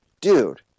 dude